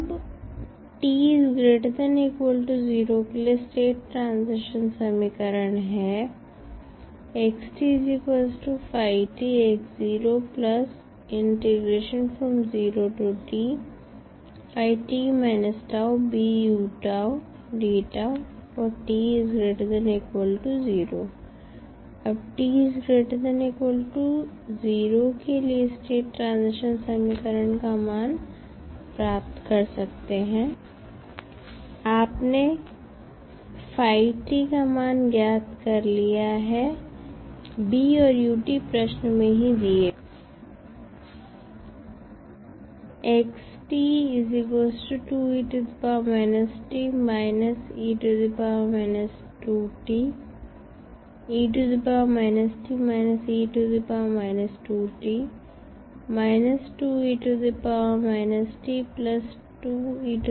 अब के लिए स्टेट ट्रांजिशन समीकरण है अब के लिए स्टेट ट्रांजिशन समीकरण का मान प्राप्त कर सकते है आपने का मान ज्ञात कर लिया है और प्रश्न में ही दिए गए हैं